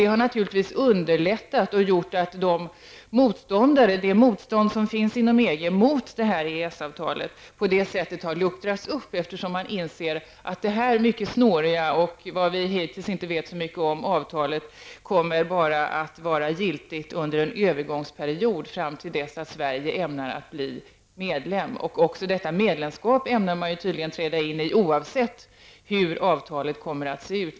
Det har naturligtvis gjort att motståndet inom EG mot EES-avtalet har luckrats upp, eftersom man inser att detta mycket snåriga avtal, som man inte vet så mycket om, kommer att vara giltigt bara under en övergångsperiod fram till dess att Sverige ämnar bli medlem i EG. Detta medlemskap ämnar man tydligen träda in i oavsett hur detta avtal kommer att se ut.